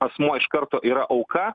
asmuo iš karto yra auka